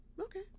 Okay